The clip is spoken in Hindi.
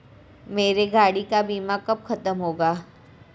मेरे गाड़ी का बीमा कब खत्म होगा?